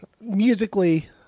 Musically